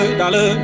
dollar